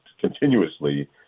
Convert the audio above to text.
continuously